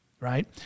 Right